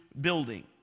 building